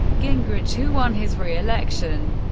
gingrich, who won his reelection,